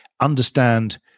understand